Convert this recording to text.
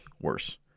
worse